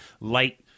light